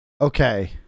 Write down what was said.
okay